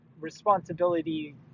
responsibility